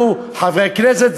אנחנו חברי כנסת,